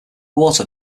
water